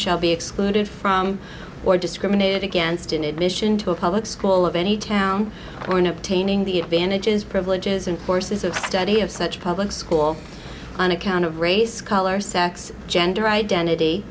shall be excluded from or discriminated against in admission to a public school of any town or in obtaining the advantages privileges and courses of study of such public school on account of race color sex gender identity